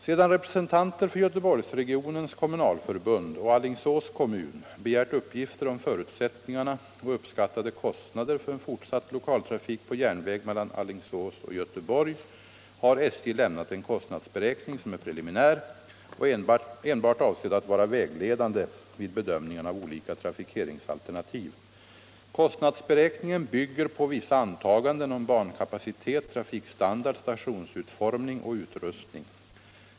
Sedan representanter för Göteborgsregionens kommunalförbund och Alingsås kommun begärt uppgifter om förutsättningarna för en fortsatt lokaltrafik på järnväg mellan Alingsås och Göteborg har SJ lämnat en kostnadsberäkning, som är preliminär och enbart avsedd att vara vägledande vid bedömningen av olika trafikeringsalternativ. Kostnadsberäkningen bygger på vissa antaganden om bankapacitet, trafikstandard, stationsutformning och utrustning.